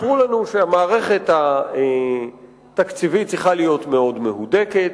סיפרו לנו שהמערכת התקציבית צריכה להיות מאוד מהודקת,